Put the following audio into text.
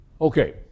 Okay